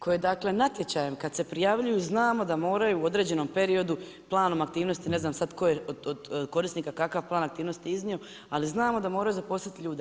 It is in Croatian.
Koje dakle, natječajem kad se prijavljuju, znamo da moraju u određenom periodu planom aktivnosti, ne znam sad koje od korisnika kakav plan aktivnosti iznio, ali znamo da moramo zaposliti ljude.